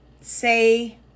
say